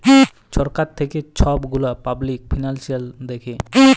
ছরকার থ্যাইকে ছব গুলা পাবলিক ফিল্যাল্স দ্যাখে